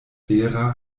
vera